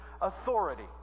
authority